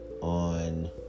on